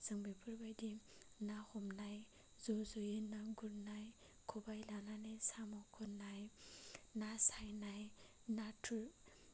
जों बेफोरबादि ना हमनाय ज' जयै ना गुरनाय खबाय लानानै साम' खननाय ना सायनाय नाथुर